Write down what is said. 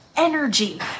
Energy